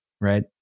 Right